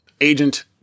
Agent